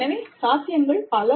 எனவே சாத்தியங்கள் பல